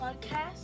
podcast